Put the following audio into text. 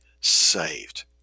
saved